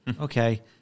Okay